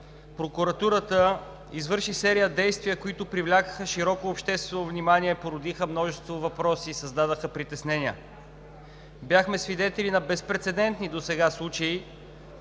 прокуратурата извърши серия действия, които привлякоха широко обществено внимание, породиха множество въпроси и създадоха притеснения. Бяхме свидетели на безпрецедентни досега случаи